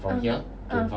uh uh